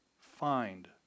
find